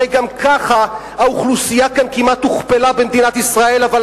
הרי גם ככה האוכלוסייה כאן במדינת ישראל כמעט